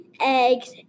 eggs